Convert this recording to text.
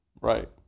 Right